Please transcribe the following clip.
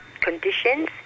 conditions